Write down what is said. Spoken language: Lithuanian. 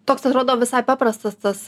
toks atrodo visai paprastas tas